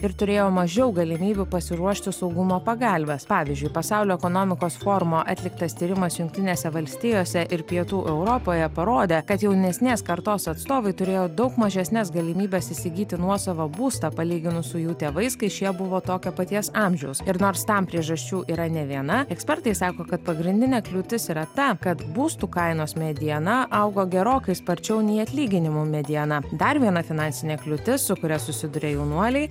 ir turėjo mažiau galimybių pasiruošti saugumo pagalves pavyzdžiui pasaulio ekonomikos forumo atliktas tyrimas jungtinėse valstijose ir pietų europoje parodė kad jaunesnės kartos atstovai turėjo daug mažesnes galimybes įsigyti nuosavą būstą palyginus su jų tėvais kai šie buvo tokio paties amžiaus ir nors tam priežasčių yra ne viena ekspertai sako kad pagrindinė kliūtis yra ta kad būstų kainos mediana augo gerokai sparčiau nei atlyginimų mediana dar viena finansinė kliūtis su kuria susiduria jaunuoliai